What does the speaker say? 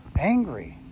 angry